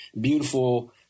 Beautiful